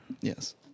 Yes